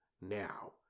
Now